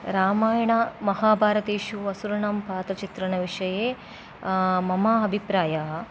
रामायणमहाभारतेषु असुराणां पात्रचित्रणविषये मम अभिप्रायः